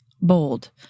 Bold